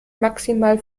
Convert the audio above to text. maximal